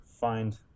find